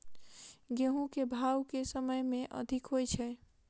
गेंहूँ केँ भाउ केँ समय मे अधिक होइ छै?